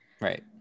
right